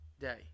day